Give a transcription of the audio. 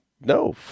No